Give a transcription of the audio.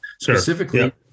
specifically